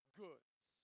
goods